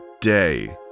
day